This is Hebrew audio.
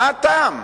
מה הטעם?